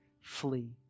flee